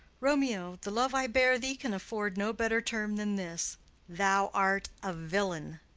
romeo, the love i bear thee can afford no better term than this thou art a villain.